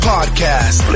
Podcast